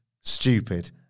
stupid